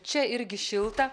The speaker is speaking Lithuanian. čia irgi šilta